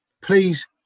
please